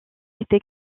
été